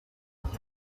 munsi